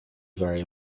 very